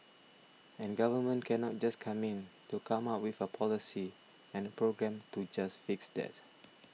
and government cannot just come in to come up with a policy and a program to just fix that